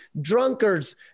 drunkards